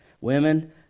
women